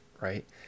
right